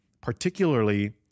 particularly